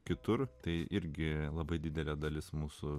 kitur tai irgi labai didelė dalis mūsų